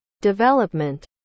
Development